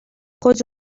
خود